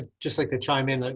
ah just like to chime in. like